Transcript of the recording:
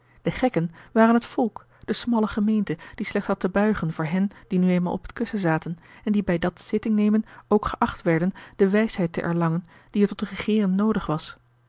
de gekken waren het volk de smalle gemeente die slechts had te buigen voor hen die nu eenmaal op het kussen zaten en die bij dat zitting nemen ook geacht werden de wijsheid te erlangen die er tot regeeren noodig was